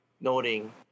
noting